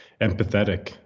empathetic